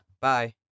Bye